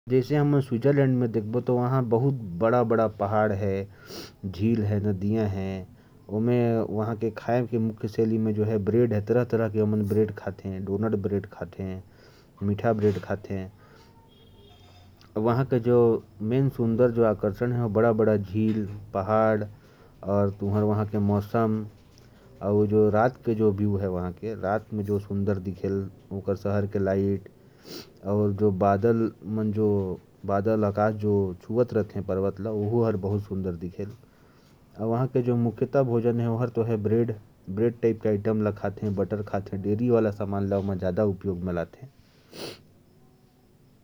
स्विट्जरलैंड घूमने के लिए बहुत बढ़िया जगह है। वहां पहाड़, झीलें और पोखर हैं। खाने की शैली भी काफी अलग है, ब्रेड आइटम्स खाना ज्यादा पसंद करते हैं। रात के दृश्य भी बहुत अलग होते हैं, रंग-बिरंगी तरंगें बन जाती हैं। और यह एक बहुत सुंदर जगह है।